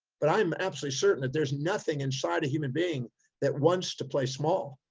but i'm absolutely certain that there's nothing inside a human being that wants to play small.